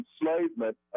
enslavement